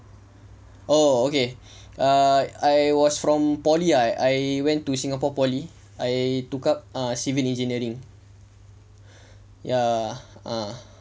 oh okay err I was from poly I I went to singapore poly I took up uh civil engineering ya ah